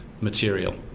material